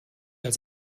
als